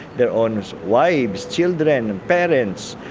their own wives, children, parents,